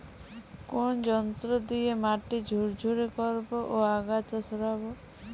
কোন যন্ত্র দিয়ে মাটি ঝুরঝুরে করব ও আগাছা সরাবো?